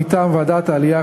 מטעם ועדת העלייה,